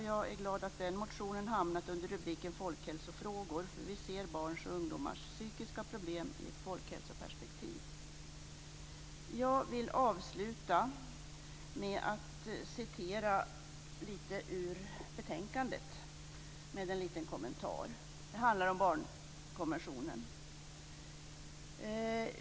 Jag är glad att den motionen hamnat under rubriken Folkhälsofrågor, för vi ser barns och ungdomars psykiska problem i ett folkhälsoperspektiv. Jag vill avsluta med att citera lite ur betänkandet, med en liten kommentar. Det handlar om barnkonventionen.